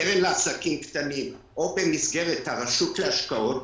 קרן לעסקים קטנים או במסגרת הרשות להשקעות,